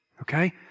okay